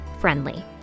friendly